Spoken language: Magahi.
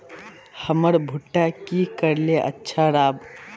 हमर भुट्टा की करले अच्छा राब?